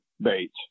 bait